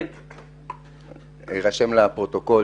יירשם לפרוטוקול